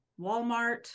Walmart